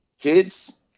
kids